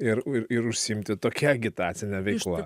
ir ur ir užsiimti tokia agitacine veikla